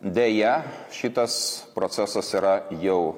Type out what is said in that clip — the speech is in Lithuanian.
deja šitas procesas yra jau